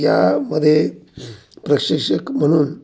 यामध्ये प्रशिक्षक म्हणून